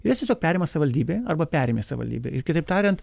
jas tiesiog perima savivaldybė arba perėmė savivaldybė ir kitaip tariant